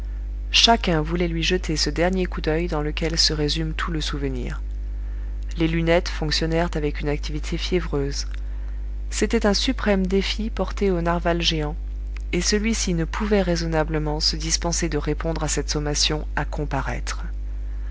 chacun voulait lui jeter ce dernier coup d'oeil dans lequel se résume tout le souvenir les lunettes fonctionnèrent avec une activité fiévreuse c'était un suprême défi porté au narwal géant et celui-ci ne pouvait raisonnablement se dispenser de répondre à cette sommation à comparaître